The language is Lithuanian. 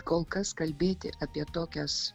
kol kas kalbėti apie tokias